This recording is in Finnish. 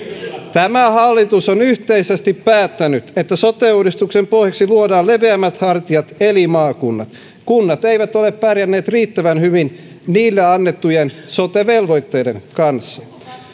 tämä hallitus on yhteisesti päättänyt että sote uudistuksen pohjaksi luodaan leveämmät hartiat eli maakunnat kunnat eivät ole pärjänneet riittävän hyvin niille annettujen sote velvoitteiden kanssa